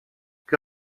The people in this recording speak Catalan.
que